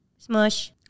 Smush